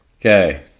okay